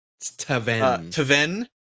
Taven